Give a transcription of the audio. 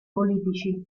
politici